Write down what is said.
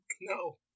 no